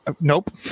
nope